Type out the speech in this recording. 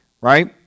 right